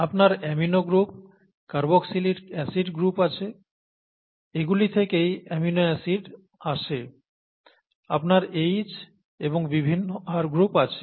আপনার amino group carboxylic acid group আছে এগুলি থেকেই অ্যামিনো অ্যাসিড আসে আপনার H এবং বিভিন্ন R গ্রুপ আছে